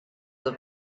the